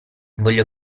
voglio